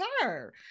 sir